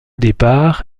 départ